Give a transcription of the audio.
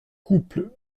couple